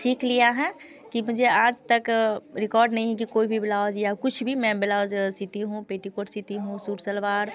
सीख लिया है कि मुझे आज तक रिकॉर्ड नहीं कि कोई भी ब्लाउज या कुछ भी मैं ब्लाउज सीती हूँ पेटीकोट सीती हूँ सूट सलवार